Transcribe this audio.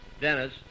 Dennis